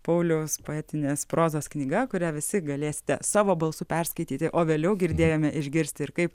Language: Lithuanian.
pauliaus poetinės prozos knyga kurią visi galėsite savo balsu perskaityti o vėliau girdėjome išgirsti ir kaip